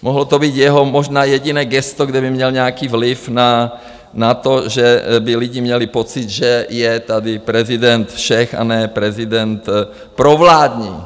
Mohlo to být jeho možná jediné gesto, kde by měl nějaký vliv na to, že by lidi měli pocit, že je tady prezident všech, a ne prezident provládní.